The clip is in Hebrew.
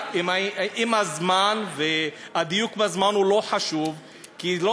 אם הזמן והדיוק בזמן לא חשובים,